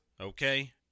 Okay